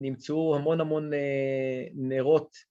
‫נמצאו המון המון נרות.